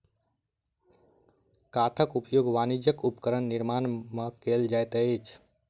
काठक उपयोग वाणिज्यक उपकरण निर्माण में कयल जाइत अछि